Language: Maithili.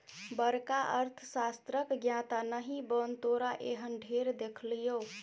बड़का अर्थशास्त्रक ज्ञाता नहि बन तोरा एहन ढेर देखलियौ